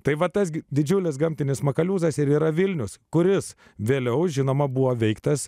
tai va tas didžiulis gamtinis makaliūzas ir yra vilnius kuris vėliau žinoma buvo veiktas